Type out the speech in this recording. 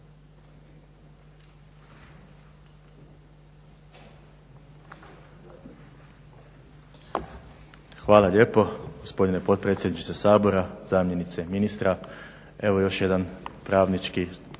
Hvala lijepo gospodine potpredsjedniče Sabora. Zamjenice ministra. Evo još jedan "pravnički"